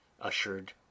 ushered